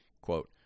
Quote